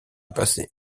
passé